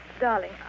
Darling